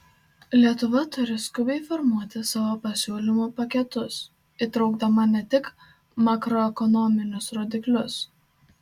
lietuva turi skubiai formuoti savo pasiūlymų paketus įtraukdama ne tik makroekonominius rodiklius